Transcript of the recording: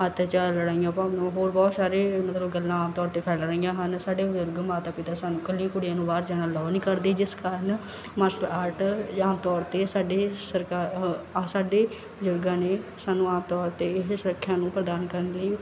ਅੱਤਿਆਚਾਰ ਲੜਾਈਆਂ ਭਾਵ ਹੋਰ ਬਹੁਤ ਸਾਰੇ ਮਤਲਬ ਗੱਲਾਂ ਆਮ ਤੌਰ 'ਤੇ ਫੈਲ ਰਹੀਆਂ ਹਨ ਸਾਡੇ ਬਜ਼ੁਰਗ ਮਾਤਾ ਪਿਤਾ ਸਾਨੂੰ ਇਕੱਲੀਆਂ ਕੁੜੀਆਂ ਨੂੰ ਬਾਹਰ ਜਾਣਾ ਅਲੋਅ ਨਹੀਂ ਕਰਦੇ ਜਿਸ ਕਾਰਨ ਮਰਸ਼ਲ ਆਰਟ ਜਾਂ ਆਮ ਤੌਰ 'ਤੇ ਸਾਡੇ ਸਰਕਾ ਹ ਅਹ ਸਾਡੇ ਬਜ਼ੁਰਗਾਂ ਨੇ ਸਾਨੂੰ ਆਮ ਤੌਰ 'ਤੇ ਇਹ ਸੁਰੱਖਿਆ ਨੂੰ ਪ੍ਰਦਾਨ ਕਰਨ ਲਈ